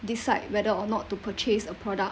decide whether or not to purchase a product